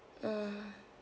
mm